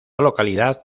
localidad